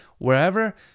wherever